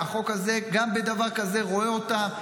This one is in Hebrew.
החוק הזה גם בדבר כזה רואה אותם,